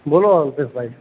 બોલો અલ્પેશભાઈ